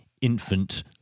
infant